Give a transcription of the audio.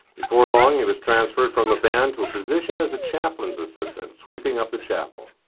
before long he was transferred from the band to a position as a chaplain's assistant sweeping up the chapel.